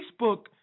Facebook